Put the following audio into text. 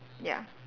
ya